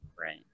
right